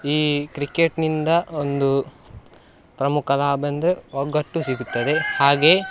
ಈ ಕ್ರಿಕೆಟ್ಟಿನಿಂದ ಒಂದು ಪ್ರಮುಖ ಲಾಭ ಎಂದರೆ ಒಗ್ಗಟ್ಟು ಸಿಗುತ್ತದೆ ಹಾಗೇ